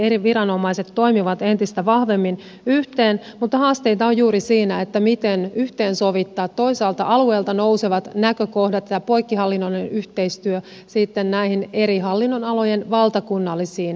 eri viranomaiset toimivat entistä vahvemmin yhteen mutta haasteita on juuri siinä miten yhteensovittaa toisaalta alueelta nousevat näkökohdat tämä poikkihallinnollinen yhteistyö sitten näihin eri hallinnonalojen valtakunnallisiin tarpeisiin